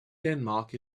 denmark